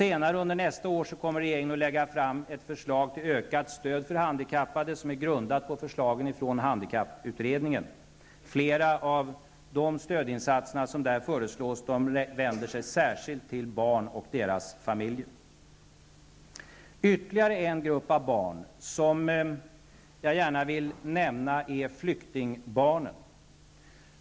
Senare under nästa år kommer regeringen att lägga fram ett förslag till ökat stöd för handikappade grundat på förslagen från handikapputredningen. Flera av de stödinsatser som där föreslås vänder sig särskilt till barn och deras familjer. Ytterligare en grupp av barn som jag gärna vill nämna är flyktingbarnen.